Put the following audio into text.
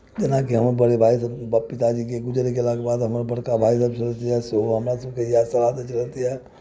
जेनाकि हमर बड़ भाइ पिताजीके गुजरि गेलाके बाद बड़का भाइ जे छथि सेहो हमरासभके याद कराबैत रहितथि